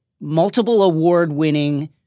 multiple-award-winning